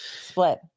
Split